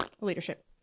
leadership